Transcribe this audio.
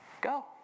Go